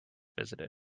visited